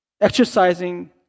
exercising